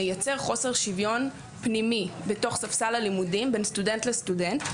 מייצר חוסר שוויון פנימי בתוך ספסל הלימודים בין סטודנט לסטודנט,